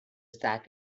stack